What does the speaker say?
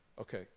Okay